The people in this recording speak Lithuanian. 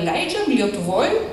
leidžiam lietuvoj